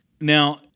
Now